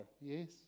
Yes